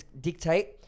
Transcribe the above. dictate